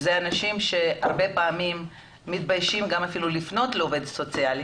זה אנשים שהרבה פעמים מתביישים לפנות לעובד סוציאלי,